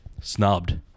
snubbed